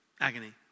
Agony